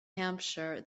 hampshire